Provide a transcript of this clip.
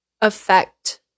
affect